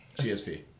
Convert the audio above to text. GSP